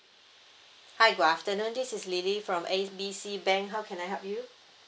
hi good afternoon this is lily from A B C bank how can I help you